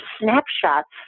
snapshots